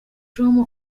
com